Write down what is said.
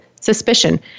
suspicion